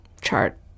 chart